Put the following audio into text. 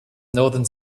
northern